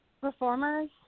performers